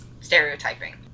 stereotyping